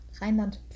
rheinland